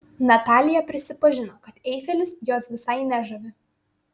natalija prisipažino kad eifelis jos visai nežavi